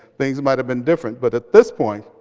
things might have been different, but, at this point,